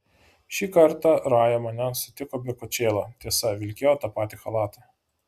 šį kartą raja mane sutiko be kočėlo tiesa vilkėjo tą patį chalatą